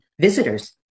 visitors